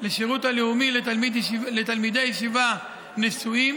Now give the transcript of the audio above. לשירות לאומי לתלמידי ישיבה נשואים